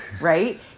Right